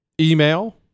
Email